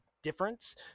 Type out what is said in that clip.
difference